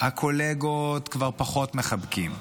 הקולגות כבר פחות מחבקים,